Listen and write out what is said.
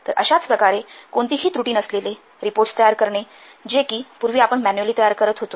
तरअशाच प्रकारे कोणतीही त्रुटी नसलेले रिपोर्टस तयार करणे जे की पूर्वी आपण मॅन्युअली तयार करत होतो